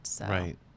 Right